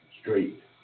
straight